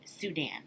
Sudan